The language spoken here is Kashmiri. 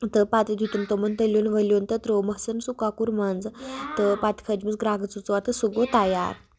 تہٕ پَتہٕ دیُٚتُم تِمَن تٔلیُٚن ؤلیُٚن تہٕ ترٛوومَسَن سُہ کۄکُر منٛزٕ تہٕ پَتہٕ کھٲجمَس گرٛکھٕ زٕ ژور تہٕ سُہ گوٚو تیار